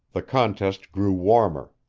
the contest grew warmer.